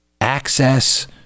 access